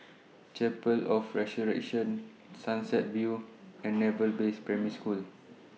Chapel of Resurrection Sunset View and Naval Base Primary School